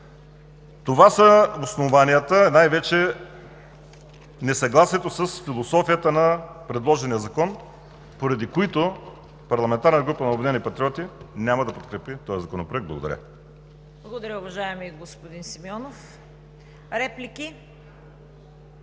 Това са основанията, а най-вече несъгласието с философията на предложения закон, поради които парламентарната група на „Обединени патриоти“ няма да подкрепи този законопроект. Благодаря. ПРЕДСЕДАТЕЛ ЦВЕТА КАРАЯНЧЕВА: Благодаря, уважаеми господин Симеонов. Реплики?